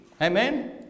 Amen